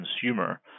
consumer